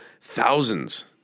thousands